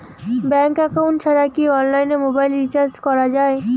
Bank account ছাড়া কি অনলাইনে মোবাইল রিচার্জ করা যায়?